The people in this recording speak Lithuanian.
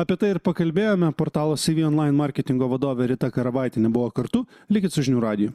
apie tai ir pakalbėjome portalo si onlain marketingo vadovė rita karavaitienė buvo kartu likit su žinių radiju